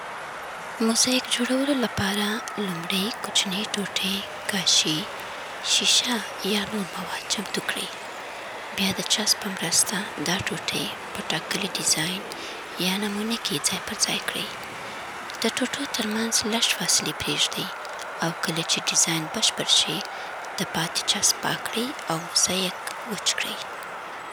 موزاییک جوړول لپاره، لومړی کوچني ټوټې لکه کاشي، شیشه یا نور مواد چمتو کړئ. بیا د چسپ په مرسته دا ټوټې په ټاکلې ډیزاین یا نمونه کې ځای پر ځای کړئ. د ټوټو ترمنځ لږ فاصلې پریږدئ، او کله چې ډیزاین بشپړ شي، د پاتې چسپ پاک کړئ او موزاییک وچ کړئ.